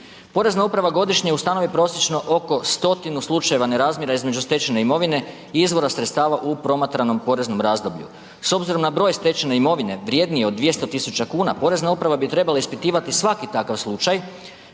Porezna uprava godišnje ustanovi oko stotinu slučajeva nerazmjera između stečene imovine i izvora sredstava u promatranom poreznom razdoblju. S obzirom na broj stečene imovine vrjednije od 200 000 kuna, Porezna uprava bi trebala ispitivati svaki takav slučaj